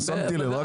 אני שמתי לב,